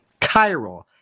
Chiral